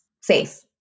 safe